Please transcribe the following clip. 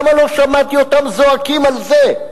למה לא שמעתי אותם זועקים על זה?